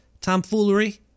tomfoolery